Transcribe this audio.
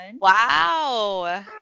wow